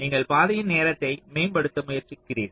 நீங்கள் பாதையின் நேரத்தை மேம்படுத்த முயற்சிக்கிறீர்கள்